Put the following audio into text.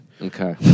Okay